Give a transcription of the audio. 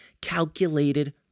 calculated